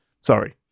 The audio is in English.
Sorry